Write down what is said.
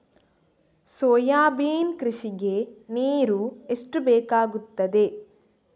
Soybean ಕೃಷಿಗೆ ನೀರು ಎಷ್ಟು ಬೇಕಾಗುತ್ತದೆ?